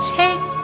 take